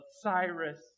Cyrus